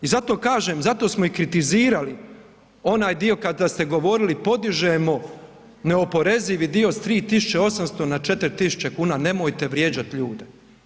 I zato kažem i zato smo i kritizirali onaj dio kada ste govorili podižemo neoporezivi dio s 3.800 na 4.000 kuna, nemojte vrijeđati ljude.